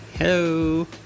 Hello